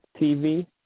TV